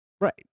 Right